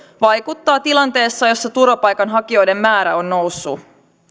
vaikuttaa tilanteessa jossa turvapaikanhakijoiden määrä on noussut